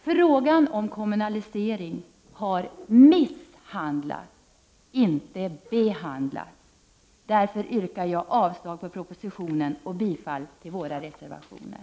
Frågan om kommunalisering har misshandlats och inte behandlats! därför yrkar jag avslag på propositionen och bifall till våra reservationer.